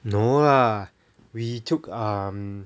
no lah we took um